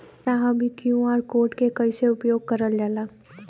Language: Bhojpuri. साहब इ क्यू.आर कोड के कइसे उपयोग करल जाला?